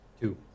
Two